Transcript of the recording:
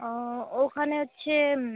ও ওখানে হচ্ছে